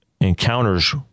encounters